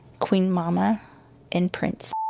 queen mama and prince.